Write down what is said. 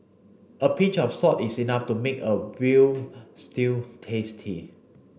a pinch of salt is enough to make a veal stew tasty